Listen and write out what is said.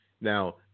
Now